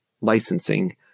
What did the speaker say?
licensing